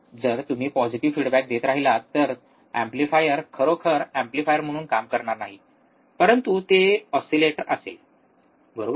जर तुम्ही positive feedback देत राहिलात तर एम्प्लीफायर खरोखर एम्पलीफायर म्हणून काम करणार नाही परंतु ते ऑसीलेटर असेल बरोबर